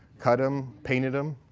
cut them, painted them.